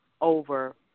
over